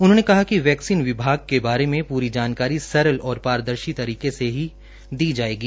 उन्होंने कहा कि वैक्सीन विभाग के बारे मे पूरी जानकारी सरल और पारदर्शी तरीके से दी जायेगी